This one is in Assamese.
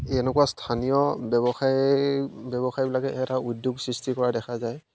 এনেকুৱা স্থানীয় ব্যৱসায় ব্যৱসায়বিলাকে এটা উদ্যোগ সৃষ্টি কৰা দেখা যায়